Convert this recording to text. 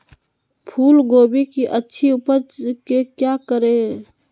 फूलगोभी की अच्छी उपज के क्या करे?